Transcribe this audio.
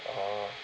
orh